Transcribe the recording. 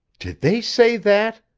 did they say that?